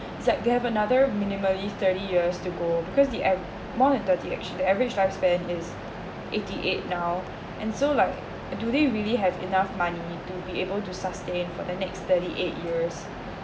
it's like gave another minimally thirty years to go because the ave~ more than thirty age the average lifespan is eighty eight now and so like do they really have enough money to be able to sustain for the next thirty eight years